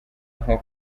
nko